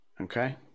Okay